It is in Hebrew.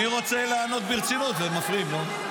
רוצה לענות ברצינות ומפריעים, נו.